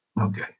Okay